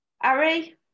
Ari